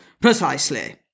Precisely